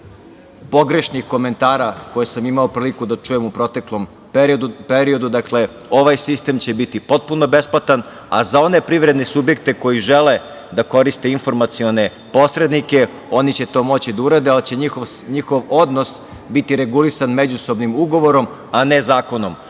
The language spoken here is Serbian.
pogrešnih komentara koje sam imao priliku da čujem u proteklom periodu. Dakle, ovaj sistem će biti potpuno besplatan, a za one privredne subjekte koji žele da koriste informacione posrednike, oni će to moći da urade, ali će njihov odnos biti regulisan međusobnim ugovorom, a ne zakonom,